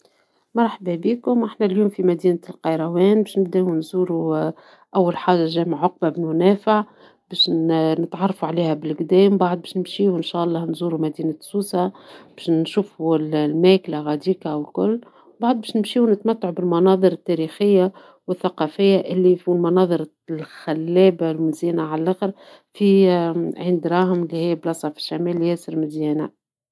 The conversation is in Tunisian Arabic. إذا كنت مرشد سياحي، نحب نعرف السياح على معالم مدينتي. نبدأ بالمناطق التاريخية، ثم نروح للأسواق التقليدية. نحب نشارك قصص عن الثقافة المحلية والأطعمة الشهية. نحب نكون مرشد متفاعل، ونعطيهم تجربة فريدة. الهدف هو أن يخرجوا بذكريات جميلة ويرجعوا مرة أخرى.